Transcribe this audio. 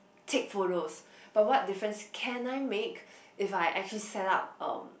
take photos but what difference can I make if I actually set up um